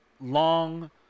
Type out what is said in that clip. long